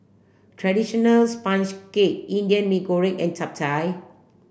traditional sponge cake Indian Mee Goreng and Chap Chai